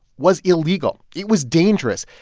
was illegal. it was dangerous.